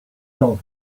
dog